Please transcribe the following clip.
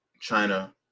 China